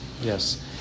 Yes